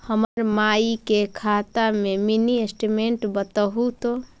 हमर माई के खाता के मीनी स्टेटमेंट बतहु तो?